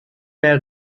mehr